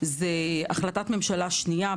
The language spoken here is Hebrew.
זו החלטת ממשלה שנייה.